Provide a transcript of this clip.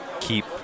keep